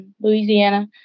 Louisiana